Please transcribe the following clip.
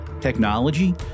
Technology